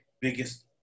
biggest